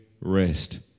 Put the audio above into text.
rest